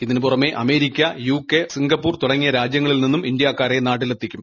ഇതിനു പുറമേ America UK Singapore തുടങ്ങിയ രാജ്യങ്ങളിൽ നിന്നും ഇന്ത്യക്കാരെ നാട്ടിലെത്തിക്കും